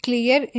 Clear